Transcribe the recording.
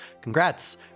congrats